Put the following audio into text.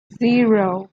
zero